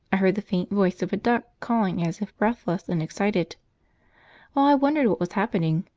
i heard the faint voice of a duck calling as if breathless and excited. while i wondered what was happening,